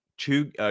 Two